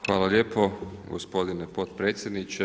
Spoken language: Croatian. Hvala lijepo gospodine potpredsjedniče.